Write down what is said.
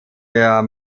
der